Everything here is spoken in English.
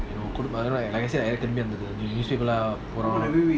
you know like I said